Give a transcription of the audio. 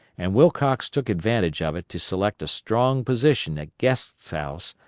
and wilcox took advantage of it to select a strong position at guest's house,